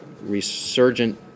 resurgent